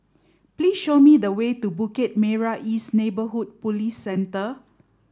please show me the way to Bukit Merah East Neighbourhood Police Centre